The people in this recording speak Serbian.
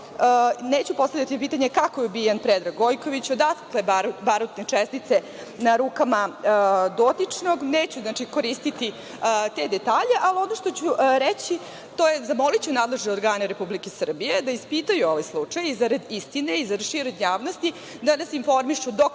neću postavljati pitanje kako je ubijen Predrag Gojković, odakle barutne čestice na rukama dotičnog, neću koristiti te detalje, ali ono što ću reći to je zamoliću nadležne organe Republike Srbije da ispitaju ovaj slučaj, zarad istine i zarad šire javnosti, da nas informišu dokle